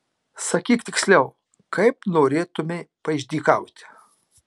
sakyk tiksliau kaip norėtumei paišdykauti